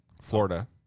Florida